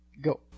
go